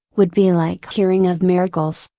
would be like hearing of miracles,